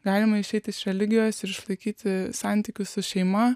galima išeiti iš religijos ir išlaikyti santykius su šeima